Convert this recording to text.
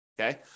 Okay